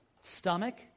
stomach